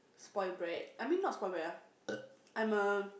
spoilt brat I mean not spoilt brat ah I'm a